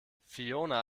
fiona